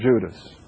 Judas